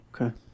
Okay